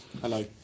Hello